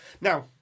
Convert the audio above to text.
Now